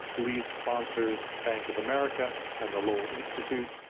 lead sponsors bank of america and the lowell institute,